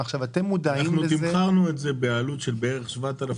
אנחנו תמחרנו את זה בעלות של בערך 7,000